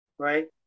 right